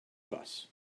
bus